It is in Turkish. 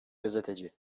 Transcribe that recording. gazeteci